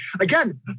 Again